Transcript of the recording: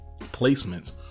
placements